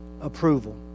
approval